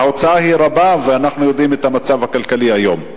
ההוצאה היא רבה ואנחנו יודעים את המצב הכלכלי היום.